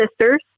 sisters